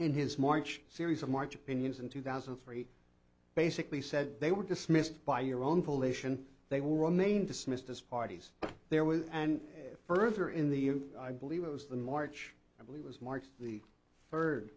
in his march series of march opinions in two thousand and three basically said they were dismissed by your own volition they will remain dismissed as parties there was and further in the end i believe it was the march i believe was marked the third